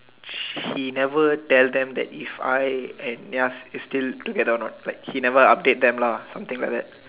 she never tell them that if I and Yaz is still together a not she never update them lah something like that